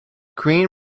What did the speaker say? queen